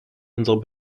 unserer